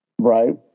Right